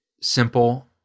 simple